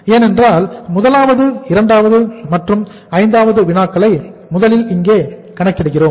ஏனென்றால் முதலாவது இரண்டாவது மற்றும் ஐந்தாவது வினாக்களை முதலில் இங்கே கணக்கிடுகிறோம்